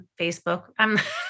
Facebook